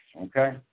okay